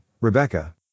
Rebecca